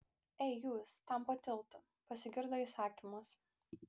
ei jūs ten po tiltu pasigirdo įsakymas